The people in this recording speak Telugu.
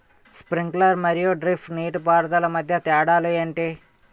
స్ప్రింక్లర్ మరియు డ్రిప్ నీటిపారుదల మధ్య తేడాలు ఏంటి?